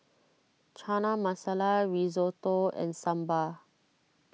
Chana Masala Risotto and Sambar